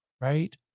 right